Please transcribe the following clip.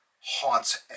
haunts